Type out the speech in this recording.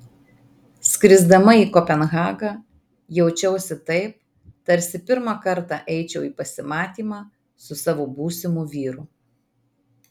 skrisdama į kopenhagą jaučiausi taip tarsi pirmą kartą eičiau į pasimatymą su savo būsimu vyru